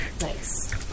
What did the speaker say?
Nice